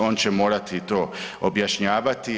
On će morati to objašnjavati.